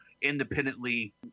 independently